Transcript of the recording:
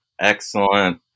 Excellent